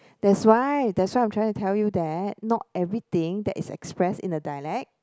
that's why that's why I'm trying to tell you that not everything that is expressed in a dialect